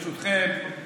ברשותכם,